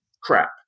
crap